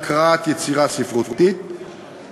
לאחר דיון ארוך הוסכם להציע כי הסיוע יעמוד על 135 מיליון ש"ח לשנה,